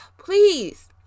please